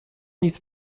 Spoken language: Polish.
nic